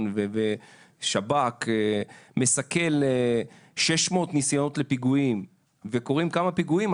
ושב"כ מסכלים 600 ניסיונות לפיגועים וקורים כמה פיגועים,